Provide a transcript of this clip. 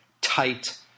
tight